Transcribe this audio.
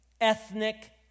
ethnic